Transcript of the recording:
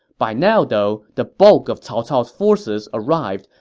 by now, though, the bulk of cao cao's forces arrived,